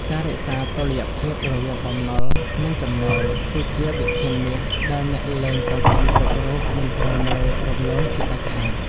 ការរក្សាតុល្យភាពរវាង "បំណុល និងចំណូល" គឺជាវិធានមាសដែលអ្នកលេងតុងទីនគ្រប់រូបមិនត្រូវមើលរំលងជាដាច់ខាត។